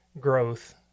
growth